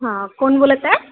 हां कोण बोलता